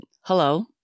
Hello